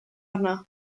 arno